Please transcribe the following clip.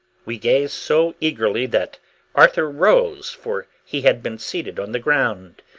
we gazed so eagerly that arthur rose, for he had been seated on the ground,